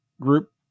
group